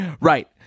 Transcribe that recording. Right